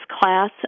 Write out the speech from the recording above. class